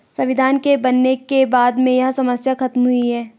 संविधान के बनने के बाद में यह समस्या खत्म हुई है